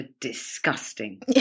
disgusting